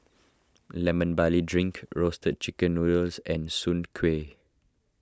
Lemon Barley Drink Roasted Chicken Noodles and Soon Kuih